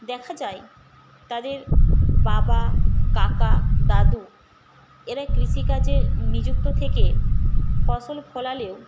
দেখা যায় তাঁদের বাবা কাকা দাদু এরা কৃষিকাজে নিযুক্ত থেকে ফসল ফলালেও